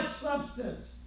substance